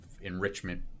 enrichment